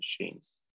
machines